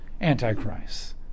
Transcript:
Antichrist